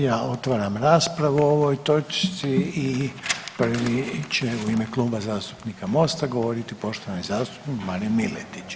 Ja otvaram raspravu o ovoj točci i prvi će u ime Kluba zastupnika Mosta govoriti poštovani zastupnik Marin Miletić.